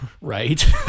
Right